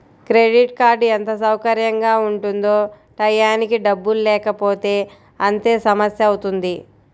credit card ఎంత సౌకర్యంగా ఉంటుందో టైయ్యానికి డబ్బుల్లేకపోతే అంతే సమస్యవుతుంది